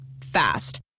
Fast